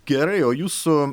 gerai o jūsų